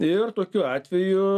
ir tokiu atveju